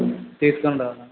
తీసుకొని రావాలా